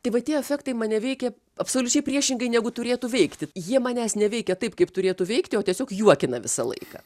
tai va tie efektai mane veikia absoliučiai priešingai negu turėtų veikti jie manęs neveikia taip kaip turėtų veikti o tiesiog juokina visą laiką